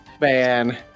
Man